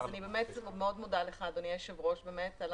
אני מודה לך מאוד אדוני היושב-ראש על הנכונות,